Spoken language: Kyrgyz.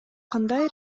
кандай